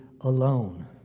alone